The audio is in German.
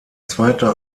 zweiter